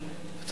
כל העובדים